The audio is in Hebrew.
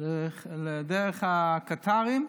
דרך הקטארים,